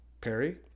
Perry